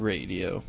Radio